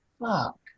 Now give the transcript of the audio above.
fuck